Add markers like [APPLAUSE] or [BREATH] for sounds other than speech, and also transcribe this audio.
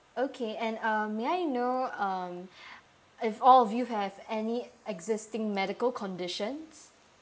okay and um may I know um [BREATH] if all of you have any existing medical conditions